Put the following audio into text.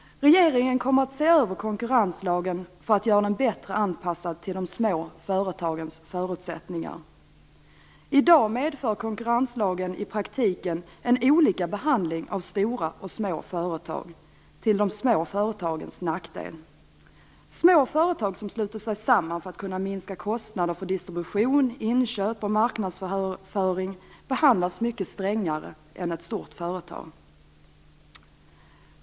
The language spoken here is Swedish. Regeringen kommer att se över konkurrenslagen för att göra den bättre anpassad till de små företagens förutsättningar. I dag medför konkurrenslagen i praktiken olika behandling av stora och små företag, till de små företagens nackdel. Små företag som sluter sig samman för att kunna minska kostnader för distribution, inköp och marknadsföring behandlas mycket strängare än ett stort företag.